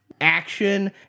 action